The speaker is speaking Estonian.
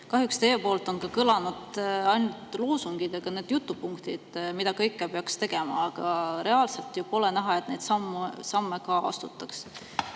teie poolt kõlanud ainult loosungid ja need jutupunktid, mida kõike peaks tegema, aga reaalselt pole näha, et neid samme astutakse.